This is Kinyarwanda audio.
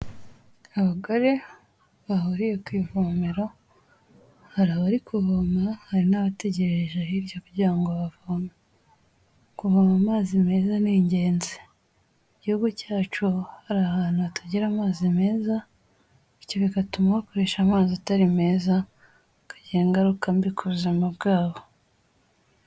Abagore bahuriye ku ivomero hari abari kuvoma hari n'abategerereje hirya kugira ngo bavome. Kuvoma amazi meza ni ingenzi. Igihugu cyacu hari ahantu hatagera amazi meza bigatuma bakoresha amazi atari meza bikagira ingaruka mbi ku buzima bwabo.